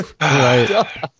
Right